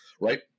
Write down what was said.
right